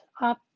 up